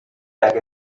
back